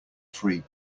free